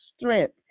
strength